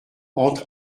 entre